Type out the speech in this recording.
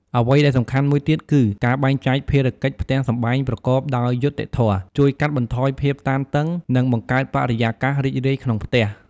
អ្វីដែលសំខាន់មួយទៀតគី ការបែងចែកភារកិច្ចផ្ទះសម្បែងប្រកបដោយយុត្តិធម៌ ជួយកាត់បន្ថយភាពតានតឹង និងបង្កើតបរិយាកាសរីករាយក្នុងផ្ទះ។